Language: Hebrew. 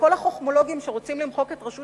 לכל החכמולוגים שרוצים למחוק את רשות